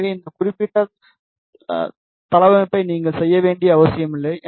எனவே இந்த குறிப்பிட்ட தளவமைப்பை நீங்கள் செய்ய வேண்டிய அவசியமில்லை